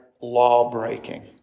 law-breaking